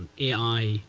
ai,